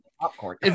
popcorn